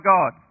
God